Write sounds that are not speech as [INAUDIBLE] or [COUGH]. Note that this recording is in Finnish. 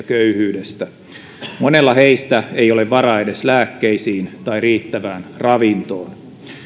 [UNINTELLIGIBLE] köyhyydestä monella heistä ei ole varaa edes lääkkeisiin tai riittävään ravintoon